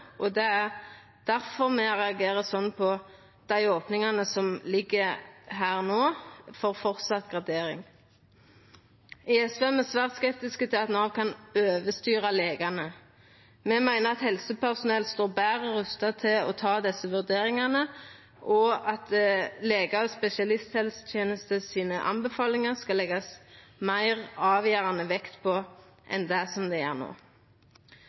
Derfor reagerer me på dei opningane som ligg her no, for at det framleis skal vera gradering. SV er svært skeptisk til at Nav kan overstyra legane. Me meiner at helsepersonell er betre rusta til å ta desse vurderingane, og at det skal leggjast meir avgjerande vekt på legane og spesialisthelsetenesta sine anbefalingar enn det som er tilfellet no.